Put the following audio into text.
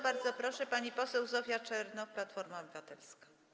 Bardzo proszę, pani poseł Zofia Czernow, Platforma Obywatelska.